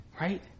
right